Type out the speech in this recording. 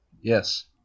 Yes